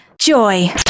Joy